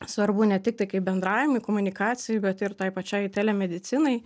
svarbu ne tik tai kaip bendravimui komunikacijai bet ir tai pačiai telia medicinai